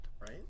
right